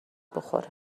بخوره